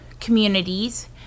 communities